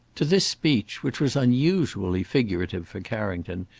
to this speech, which was unusually figurative for carrington,